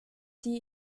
die